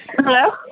Hello